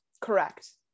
correct